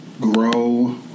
grow